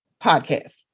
podcast